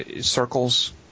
circles